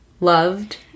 loved